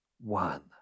one